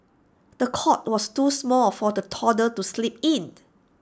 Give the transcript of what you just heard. the cot was too small for the toddler to sleep in